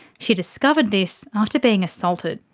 she discovered this after being assaulted.